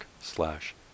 slash